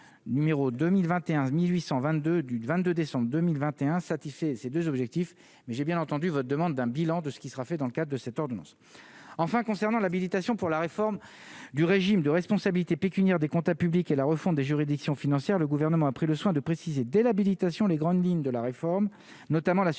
numéro 2021 1822 du 22 décembre 2021 satisfait ces 2 objectifs, mais j'ai bien entendu votre demande d'un bilan de ce qui sera fait dans le cas de cette ordonnance enfin concernant l'habilitation pour la réforme du régime de responsabilité pécuniaire des comptables publics et la refonte des juridictions financières, le gouvernement a pris le soin de préciser dès l'habilitation les grandes lignes de la réforme, notamment la suppression